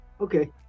okay